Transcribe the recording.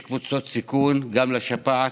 יש קבוצות סיכון גם לשפעת,